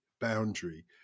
boundary